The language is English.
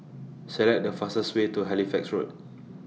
Select The fastest Way to Halifax Road